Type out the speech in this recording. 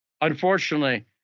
unfortunately